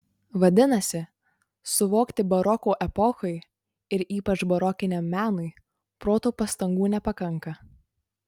vadinasi suvokti baroko epochai ir ypač barokiniam menui proto pastangų nepakanka